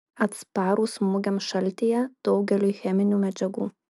atsparus smūgiams šaltyje daugeliui cheminių medžiagų